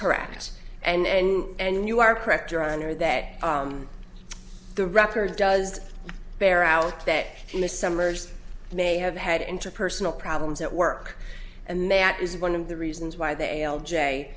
correct and you are correct your honor that the record does bear out that in the summers may have had interpersonal problems at work and that is one of the reasons why they l j